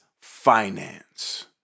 finance